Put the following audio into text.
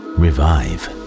revive